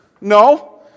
No